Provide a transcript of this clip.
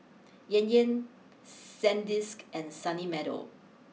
Yan Yan Sandisk and Sunny Meadow